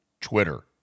Twitter